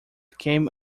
came